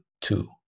two